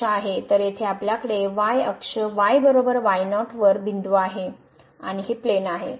तर येथे आपल्याकडे y अक्ष y y0 वर बिंदू आहे आणि हे प्लेन आहे